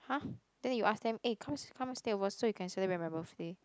(huh) then you ask them eh come come stay over so you can celebrate my birthday